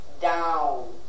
down